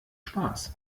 spaß